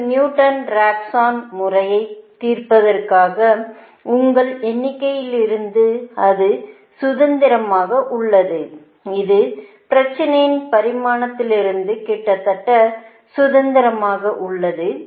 ஒரு Newton Raphson முறையைத் தீர்ப்பதற்கான உங்கள் எண்ணிக்கையிலிருந்து அது சுதந்திரமாக உள்ளது இது பிரச்சினையின் பரிமாணத்திலிருந்து கிட்டத்தட்ட சுதந்திரமாக உள்ளது